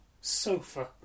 sofa